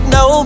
no